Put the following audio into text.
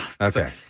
okay